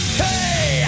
hey